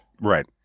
Right